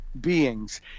beings